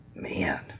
Man